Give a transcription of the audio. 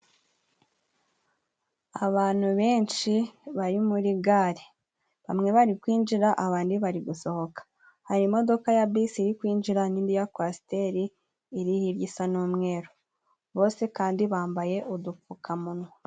Abantu benshi bari muri gare bamwe bari kwinjira abandi bari gusohoka, hari imodoka ya bisi iri kwinjira n'indi ya kowasiteri iri hirya isa n'umweru, bose kandi bambaye udupfukamunwa.